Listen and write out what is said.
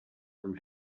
from